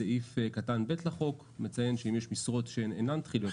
סעיף קטן (ב) לחוק מציין שאם יש משרות שהן אינן תחיליות,